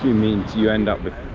do mean you end up with